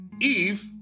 Eve